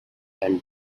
and